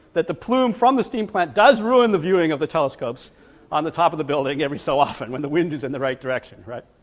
that the plume from the steam plant does ruin the viewing of the telescope's on the top of the building every so often when the wind is in the right direction right.